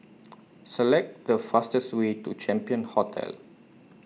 Select The fastest Way to Champion Hotel